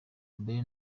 mbere